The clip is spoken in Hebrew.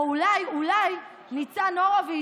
או אולי אולי ניצן הורוביץ,